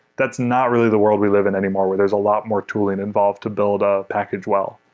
that's not really the world we live in anymore where there's a lot more tooling involved to build a package well.